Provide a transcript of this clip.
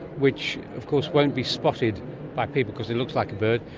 which of course won't be spotted by people because it looks like a bird,